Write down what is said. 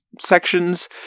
sections